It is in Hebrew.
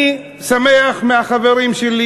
אני שומע מהחברים שלי,